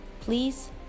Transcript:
Please